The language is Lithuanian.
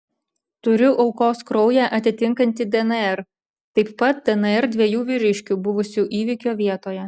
turiu aukos kraują atitinkantį dnr taip pat dnr dviejų vyriškių buvusių įvykio vietoje